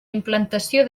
implantació